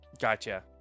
gotcha